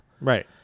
Right